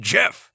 Jeff